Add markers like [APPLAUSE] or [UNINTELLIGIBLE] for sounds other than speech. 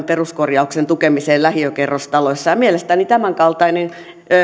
[UNINTELLIGIBLE] peruskorjauksen tukemiseen lähiökerrostaloissa ja mielestäni tämän kaltainen